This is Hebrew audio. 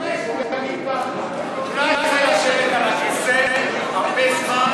אם זה לשבת על הכיסא הרבה זמן,